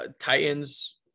Titans